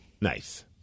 Nice